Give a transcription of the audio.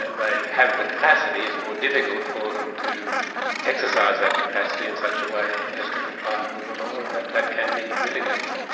they have the capacity, it's more difficult for them to exercise that capacity in such a way as to comply with the law, and that that can be mitigating.